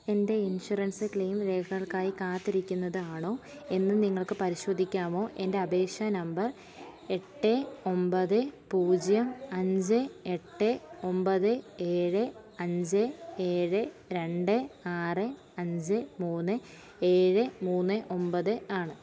എൻ്റെ insurance claim രേഖകൾക്കായി കാത്തിരിക്കുന്നത് ആണോ എന്ന് നിങ്ങൾക്ക് പരിശോധിക്കാമോ എൻ്റെ അപേക്ഷ നമ്പർ എട്ട് ഒൻപത് പൂജ്യം അഞ്ച് എട്ട് ഒൻപത് ഏഴ് അഞ്ച് ഏഴ് രണ്ട് ആറ് അഞ്ച് മൂന്ന് ഏഴ് മൂന്ന് ഒൻപത് ആണ്